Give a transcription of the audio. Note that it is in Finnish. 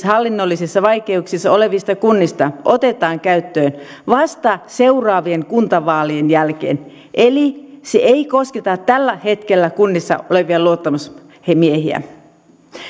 hallinnollisissa vaikeuksissa olevista kunnista otetaan käyttöön vasta seuraavien kuntavaalien jälkeen eli se ei kosketa tällä hetkellä kunnissa olevia luottamusmiehiä